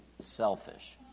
Selfish